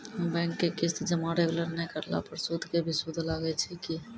Bank के किस्त जमा रेगुलर नै करला पर सुद के भी सुद लागै छै कि?